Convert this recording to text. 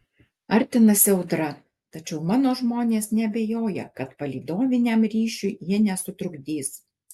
artinasi audra tačiau mano žmonės neabejoja kad palydoviniam ryšiui ji nesutrukdys